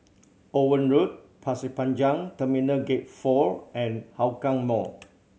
Owen Road Pasir Panjang Terminal Gate Four and Hougang Mall